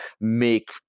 make